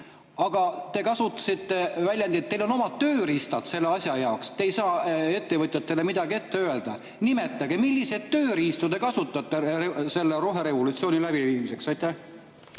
Aga te kasutasite väljendit, et teil on omad tööriistad selle asja jaoks, et te ei saa ettevõtjatele midagi ette öelda. Nimetage, millised tööriistu te kasutate selle roherevolutsiooni läbiviimiseks. Aitäh,